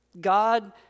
God